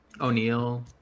o'neill